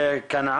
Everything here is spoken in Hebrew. חסן,